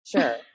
Sure